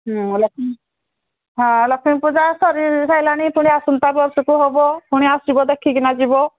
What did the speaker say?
ହୁଁ ଲକ୍ଷ୍ମୀ ହଁ ଲକ୍ଷ୍ମୀ ପୂଜା ସରି ସାରିଲାଣି ପୁଣି ଆସନ୍ତା ବର୍ଷକୁ ହବ ପୁଣି ଆସିବ ଦେଖିକିନା ଯିବ